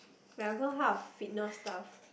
we're gonna have a fitness staff